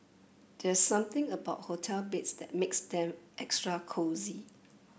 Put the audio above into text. there something about hotel beds that makes them extra cosy